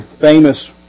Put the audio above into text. famous